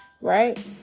right